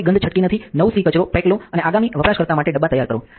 કોઈ ગંધ છટકી નથી નવું સી કચરો પેક લો અને આગામી વપરાશકર્તા માટે ડબ્બા તૈયાર કરો